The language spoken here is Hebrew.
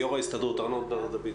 יו"ר ההסתדרות, ארנון בר דוד.